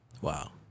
Wow